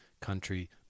country